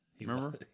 Remember